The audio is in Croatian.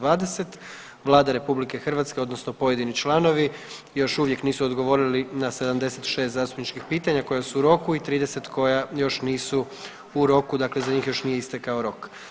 Vlada Republike Hrvatske, odnosno pojedini članovi još uvijek nisu odgovorili na 76 zastupničkih pitanja koja su u roku i 30 koja još nisu u roku, dakle za njih još nije istekao rok.